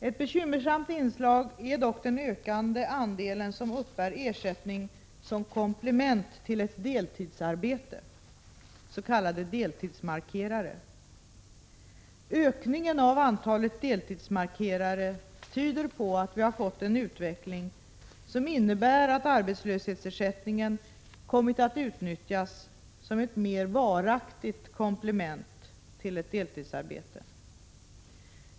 Ett bekymmersamt inslag är dock den ökande andel som uppbär ersättning som komplement till ett deltidsarbete, s.k. deltidsmarkerare. Ökningen av antalet deltidsmarkerare tyder på att vi har fått en utveckling som innebär att arbetslöshetsersättningen kommit att utnyttjas som ett mer varaktigt komplement till ett deltidsarbete.